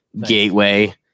gateway